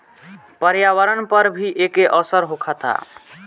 पर्यावरण पर भी एके असर होखता